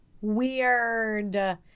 Weird